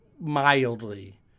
mildly